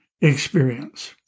experience